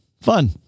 Fun